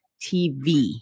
TV